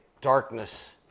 darkness